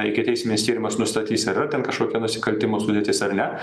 ikiteisminis tyrimas nustatys ar yra ten kažkokia nusikaltimų sudėtis ar ne